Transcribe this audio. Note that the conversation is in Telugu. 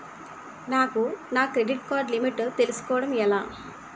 నాకు నా క్రెడిట్ కార్డ్ లిమిట్ తెలుసుకోవడం ఎలా?